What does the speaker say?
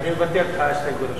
אני מוותר על ההסתייגות השנייה.